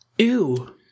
Ew